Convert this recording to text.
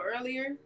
earlier